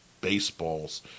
baseballs